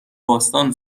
باستان